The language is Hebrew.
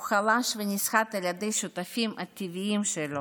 הוא חלש, ונסחט על ידי השותפים העתידיים שלו.